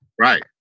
Right